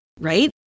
right